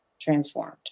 transformed